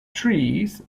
trees